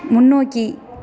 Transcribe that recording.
முன்னோக்கி